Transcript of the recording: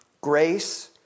grace